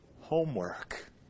homework